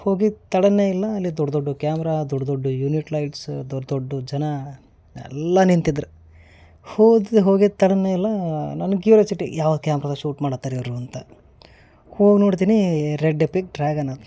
ಹೋಗಿದ್ದು ತಡವೇ ಇಲ್ಲ ಅಲ್ಲಿ ದೊಡ್ಡ ದೊಡ್ಡ ಕ್ಯಾಮ್ರಾ ದೊಡ್ಡ ದೊಡ್ಡ ಯೂನಿಟ್ ಲೈಟ್ಸು ದೊಡ್ಡ ದೊಡ್ಡ ಜನ ಎಲ್ಲ ನಿಂತಿದ್ದರು ಹೋದೆ ಹೋಗಿದ್ದು ತಡವೇ ಇಲ್ಲ ನನ್ಗೆ ಕ್ಯೂರ್ಯೋಸಿಟಿ ಯಾವ ಕ್ಯಾಮ್ರದಾಗೆ ಶೂಟ್ ಮಾಡುತ್ತಾರ್ ಇವರು ಅಂತ ಹೋಗಿ ನೋಡ್ತೀನಿ ರೆಡ್ ಎಪಿಕ್ ಡ್ರ್ಯಾಗನ್ ಅಲ್ಲಿ